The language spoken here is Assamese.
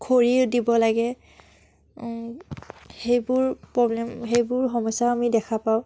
খৰিও দিব লাগে সেইবোৰ প্ৰ'ব্লেম সেইবোৰ সমস্যাও আমি দেখা পাওঁ